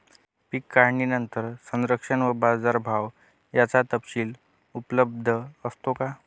पीक काढणीनंतर संरक्षण व बाजारभाव याचा तपशील उपलब्ध असतो का?